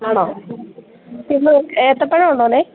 ആണോ പിന്നെ ഏത്തപ്പഴം ഉണ്ടോ